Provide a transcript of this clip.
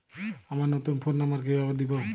আমার নতুন phone number কিভাবে দিবো?